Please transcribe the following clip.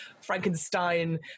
frankenstein